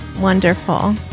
wonderful